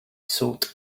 sought